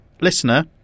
Listener